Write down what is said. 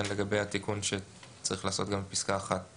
לגבי התיקון שצריך לעשות גם בפסקה (1),